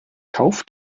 kauf